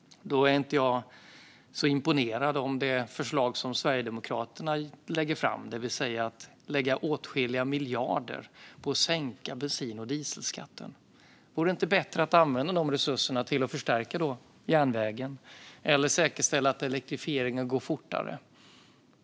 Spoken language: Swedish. Då är jag inte så imponerad av det förslag som Sverigedemokraterna lägger fram, alltså att lägga åtskilliga miljarder på att sänka bensin och dieselskatten. Vore det inte bättre att använda de resurserna till att förstärka järnvägen eller att säkerställa att elektrifieringen går fortare?